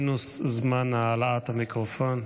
מינוס זמן העלאת המיקרופון.